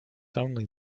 only